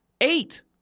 Eight